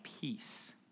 peace